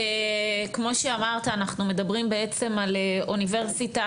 כמו שאמרת אנחנו מדברים בעצם על אוניברסיטה